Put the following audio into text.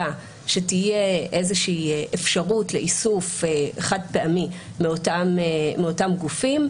שתהיה איזושהי אפשרות לאיסוף חד-פעמי מאותם גופים,